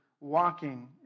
walking